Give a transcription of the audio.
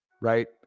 right